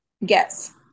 yes